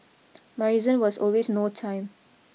my reason was always no time